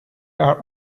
are